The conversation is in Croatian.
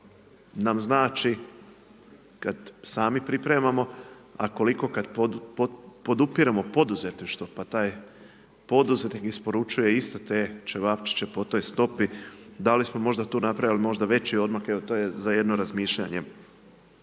nam znači kada sami pripremamo a koliko kad podupiremo poduzetništvo pa taj poduzetnik isporučuje isto te ćevapčiće po toj stopi, da li smo možda tu napravili možda veći odmak, evo to je za jedno razmišljanje.